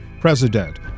president